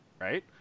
right